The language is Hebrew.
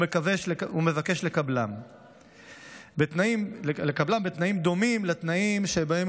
ומבקש לקבלו בתנאים דומים לתנאים שבהם